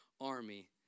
army